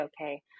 okay